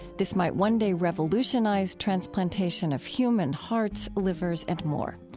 this might one day revolutionize transplantation of human hearts, livers, and more.